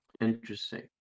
Interesting